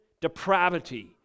depravity